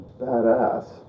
Badass